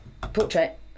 Portrait